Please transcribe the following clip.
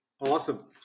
Awesome